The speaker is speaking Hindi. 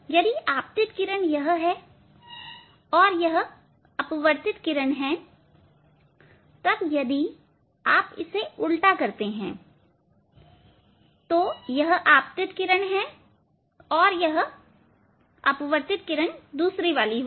यदि आपतित किरण यह है और यह अपवर्तित तब यदि आप इसे उल्टा करते हैं तब आपतित किरण यह है और तब अपवर्तित यह दूसरी होगी